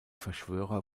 verschwörer